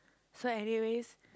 so anyways